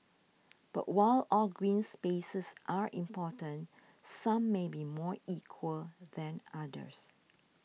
but while all green spaces are important some may be more equal than others